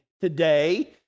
today